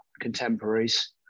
contemporaries